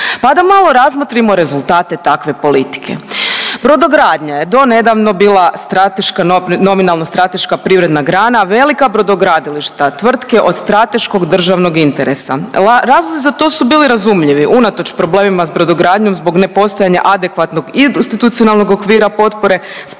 Pa da malo razmotrimo rezultate takve politike. Brodogradnja je do nedavno bila strateška, nominalno strateška privredna grana. Velika brodogradilišta tvrtke od strateškog državnog interesa, razlozi za to su bili razumljivi unatoč problemima s brodogradnjom zbog nepostojanja adekvatnog institucionalnog okvira potpore,